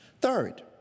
Third